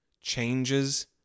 changes